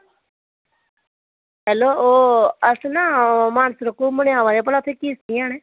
hello ओह् अस ना मानसर घूमने आवा दे भला किस्ती हैन न